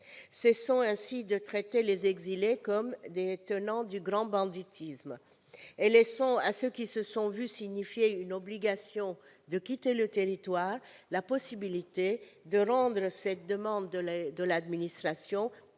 Cessons de traiter les exilés comme des tenants du grand banditisme et laissons à ceux qui se sont vu signifier une obligation de quitter le territoire français la possibilité de rendre cette demande de l'administration effective